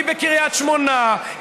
היא בקריית שמונה,